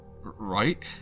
Right